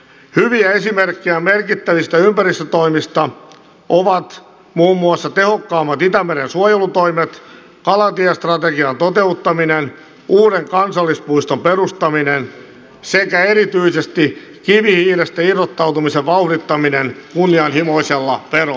hyviä esimerkkejä merkittävistä ympäristötoimista ovat muun muassa tehokkaammat itämeren suojelutoimet kalatiestrategian toteuttaminen uuden kansallispuiston perustaminen sekä erityisesti kivihiilestä irrottautumisen vauhdittaminen kunnianhimoisella veroratkaisulla